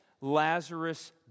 Lazarus